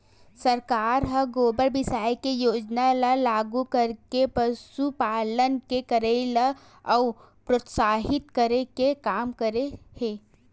सरकार ह गोबर बिसाये के योजना ल लागू करके पसुपालन के करई ल अउ प्रोत्साहित करे के काम करे हे